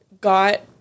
got